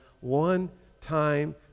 one-time